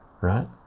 right